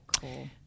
Cool